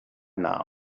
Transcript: now